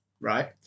right